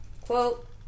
quote